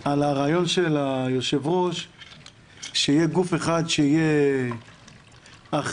על הרעיון של היושב-ראש שיהיה גוף אחד שיהיה אחראי.